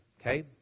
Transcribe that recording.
okay